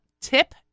tip